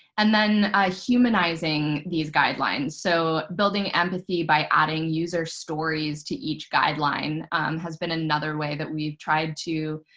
and then humanizing these guidelines, so building empathy by adding user stories to each guideline has been another way that we've tried to